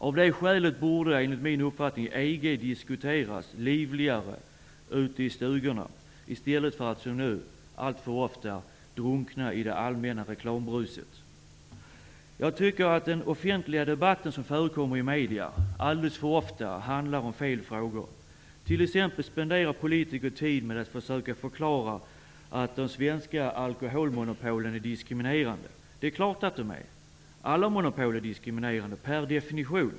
Av det skälet borde EG, enligt min uppfattning, diskuteras livligare ute i stugorna i stället för att den frågan, som det nu är, alltför ofta drunknar i det allmänna reklambruset. Jag tycker att den offentliga debatten i medierna alldeles för ofta handlar om fel frågor. T.ex. spenderar politiker tid på att försöka förklara att de svenska alkoholmonopolen inte är diskriminerande. Det är klart att de är -- alla monopol är diskriminerande per definition.